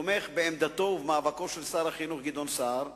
תומך בעמדתו ובמאבקו של שר החינוך גדעון סער,